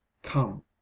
Come